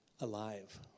Alive